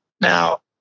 Now